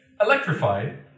electrified